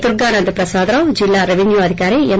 దుర్గానంద్ ప్రసాద్ రావు జిల్లా రెవెన్యూ అధికారి ఎం